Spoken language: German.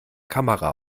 kamera